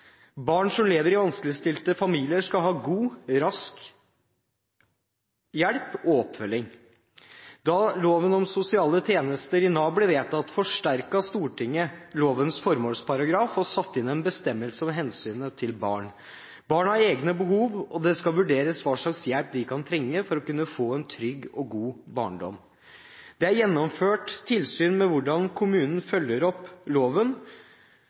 Barn som lever i vanskeligstilte familier, skal ha god, rask hjelp og oppfølging. Da loven om sosiale tjenester i Nav ble vedtatt, forsterket Stortinget lovens formålsparagraf og satte inn en bestemmelse om hensynet til barn. Barn har egne behov, og det skal vurderes hva slags hjelp de kan trenge for at de kan få en trygg og god barndom. Det er gjennomført tilsyn med hvordan kommunen følger opp loven,